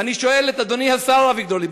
ואני שואל את אדוני השר אביגדור ליברמן: